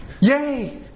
yay